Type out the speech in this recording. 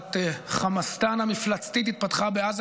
מדינת חמאסטן המפלצתית התפתחה בעזה,